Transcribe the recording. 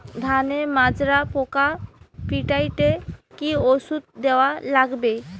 ধানের মাজরা পোকা পিটাইতে কি ওষুধ দেওয়া লাগবে?